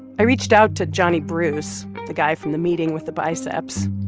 i reached out to johnny bruce, the guy from the meeting with the biceps.